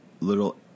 Little